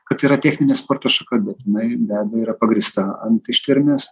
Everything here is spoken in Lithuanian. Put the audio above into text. kad yra techninė sporto šaka bet jinai be abejo yra pagrįsta ant ištvermės